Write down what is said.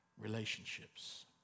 Relationships